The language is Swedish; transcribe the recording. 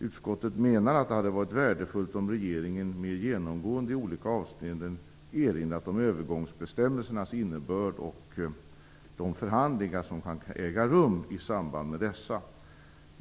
Utskottet menar att det hade varit värdefullt om regeringen mer genomgående i olika avseenden erinrat om övergångsbestämmelsernas innebörd och de förhandlingar som kan äga rum i samband med dessa.